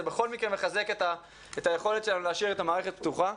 זה בכל מקרה מחזק את היכולת שלנו להשאיר את המערכת פתוחה.